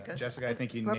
ah jessica, i think you